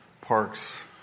parks